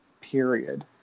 period